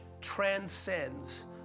transcends